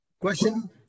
Question